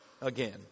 again